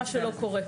מה שלא קורה.